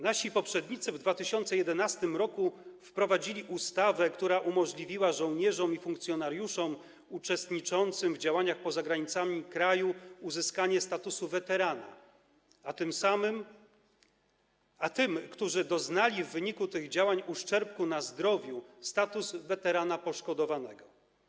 Nasi poprzednicy w 2011 r. wprowadzili ustawę, która umożliwiła żołnierzom i funkcjonariuszom uczestniczącym w działaniach poza granicami kraju uzyskanie statusu weterana, a tym, którzy doznali w wyniku tych działań uszczerbku na zdrowiu - status weterana poszkodowanego.